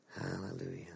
Hallelujah